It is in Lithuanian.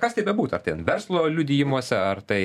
kas tai bebūtųar ten verslo liudijimuose ar tai